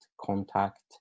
contact